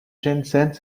jensen